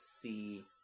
see